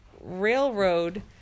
railroad